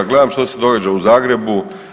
Gledam što se događa u Zagrebu.